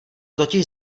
totiž